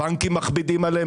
הבנקים מכבידים עליהם,